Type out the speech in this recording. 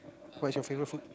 what's your favourite food